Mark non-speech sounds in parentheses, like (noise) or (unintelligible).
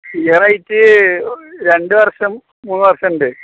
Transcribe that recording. (unintelligible) രണ്ട് വർഷം മൂന്ന് വർഷമുണ്ട്